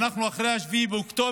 אנחנו אחרי 7 באוקטובר,